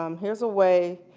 um here is a way